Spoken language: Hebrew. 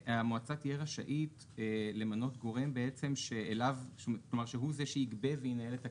המועצה תהיה רשאית למנות גורם שהוא זה שיגבה וינהל את הכספים.